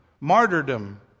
martyrdom